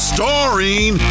Starring